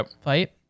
fight